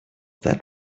that